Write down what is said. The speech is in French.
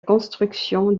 construction